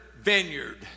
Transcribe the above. vineyard